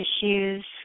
issues